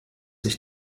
ich